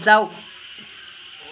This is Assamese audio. যাওক